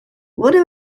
wurde